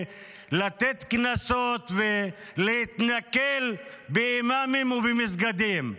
לתת קנסות ולהתנכל לאימאמים ולמסגדים.